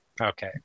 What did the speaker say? okay